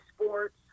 sports